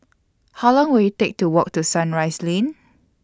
How Long Will IT Take to Walk to Sunrise Lane